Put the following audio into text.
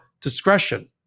discretion